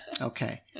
Okay